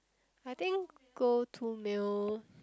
I think go to meal